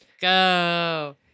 go